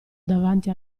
davanti